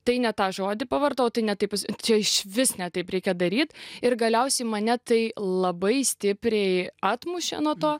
tai ne tą žodį pavartojau ne taip čia išvis ne taip reikia daryt ir galiausiai mane tai labai stipriai atmušė nuo to